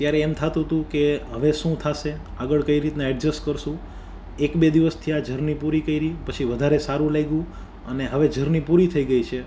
ત્યારે એમ કે હવે શું થાશે આગળ કઈ રીતના એડજસ્ટ કરશું એક બે દિવસ થ્યા જર્ની પૂરી કયરી પછી વધારે સારું લાગ્યું અને હવે જર્ની પૂરી થઈ ગઈ છે